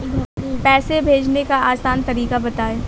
पैसे भेजने का आसान तरीका बताए?